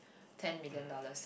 ten million dollars